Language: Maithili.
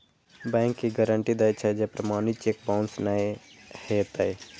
बैंक ई गारंटी दै छै, जे प्रमाणित चेक बाउंस नै हेतै